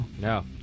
No